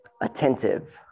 attentive